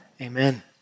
amen